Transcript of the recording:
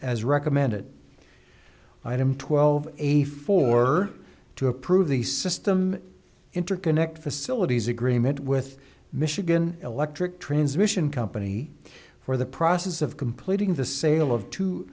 as recommended item twelve a for her to approve the system interconnect facilities agreement with michigan electric transmission company for the process of completing the sale of two